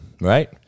right